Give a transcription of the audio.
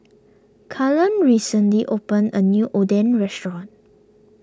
Cullen recently opened a new Oden restaurant